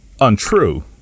untrue